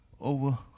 over